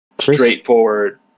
straightforward